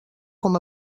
com